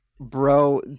bro